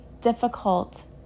difficult